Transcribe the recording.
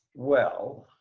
well,